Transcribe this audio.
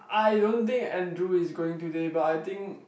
I don't think Andrew is going today but I think